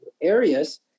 areas